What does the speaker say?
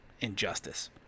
injustice